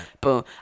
Boom